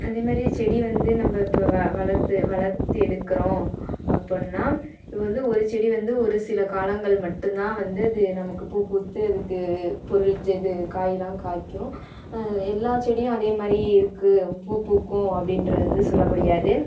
அதேமாதிரி செடி வந்து நம்ப இப்போ வள வளர்த்து வளர்த்து எடுக்கிறோம் அப்புடின்னா இப்போ வந்து ஒரு செடி வந்து ஒரு சில காலங்கள் மட்டும் தான் வந்து அது நமக்கு பூ பூத்து அதுக்கு பொருள் இது காயெலாம் காய்க்கும் எல்லா செடியும் அதேமாதிரி இருக்குது பூ பூக்கும் அப்படின்றது வந்து சொல்ல முடியாது